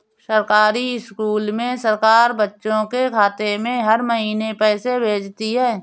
सरकारी स्कूल में सरकार बच्चों के खाते में हर महीने पैसे भेजती है